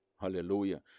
Hallelujah